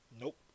Nope